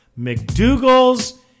McDougal's